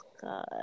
God